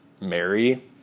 Mary